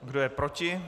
Kdo je proti?